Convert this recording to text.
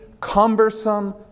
cumbersome